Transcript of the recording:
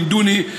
לימדוני,